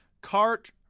Cart